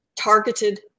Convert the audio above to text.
targeted